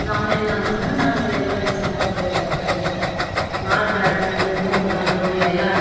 ನಮ್ಮ ಮೇಲೆ ನಮ್ಮಂಗ ನಾವು ಎಲ್ಲಾರು ಸಂಪ್ರದಾಯದ ಪ್ರಕಾರ ಇಷ್ಟ ಮಾತಾಡ್ಕೆಂಡು ಕುಂತ್ಗಂಡು ಎಲ್ಲ